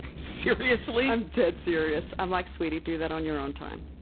seriously? i'm dead serious. i'm like, sweetie, do that on your own time.